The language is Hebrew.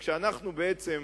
וכשאנחנו בעצם,